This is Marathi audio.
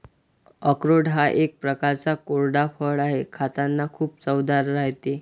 अक्रोड हा एक प्रकारचा कोरडा फळ आहे, खातांना खूप चवदार राहते